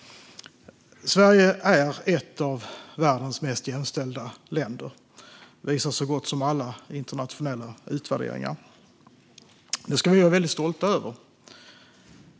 Sverige är ett av världens mest jämställda länder. Det visar så gott som alla internationella utvärderingar. Det ska vi vara stolta över.